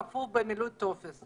כפוף למילוי טופס,